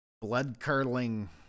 blood-curdling